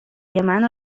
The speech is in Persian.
منو